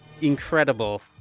incredible